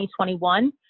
2021